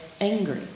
angry